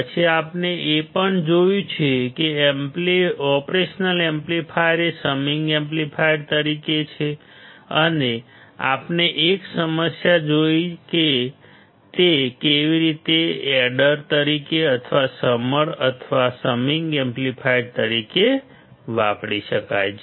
પછી આપણે એ પણ જોયું છે કે ઓપરેશનલ એમ્પ્લીફાયર એ સમિંગ એમ્પ્લીફાયર તરીકે છે અને આપણે એક સમસ્યા જોઈ છે તે કેવી રીતે એડર તરીકે અથવા સમર અથવા સમિંગ એમ્પ્લીફાયર તરીકે વાપરી શકાય છે